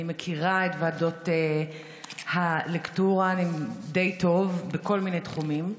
אני מכירה את ועדות הלקטורה די טוב בכל מיני תחומים.